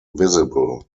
visible